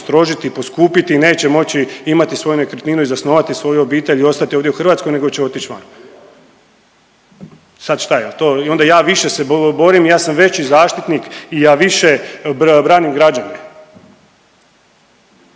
postrožiti, poskupiti i neće moći imati svoju nekretninu i zasnovati svoju obitelj i ostati ovdje u Hrvatskoj nego će otići van. Sad šta je jel to i onda ja više se borim, ja sam veći zaštitnik i ja više branim građane?